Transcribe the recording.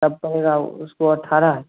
Oppo का दाम उसको अट्ठारह है